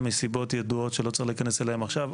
מסיבות ידועות שלא צריך להיכנס אליהן עכשיו,